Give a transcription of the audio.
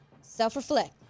self-reflect